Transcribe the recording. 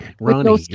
ronnie